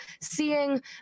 seeing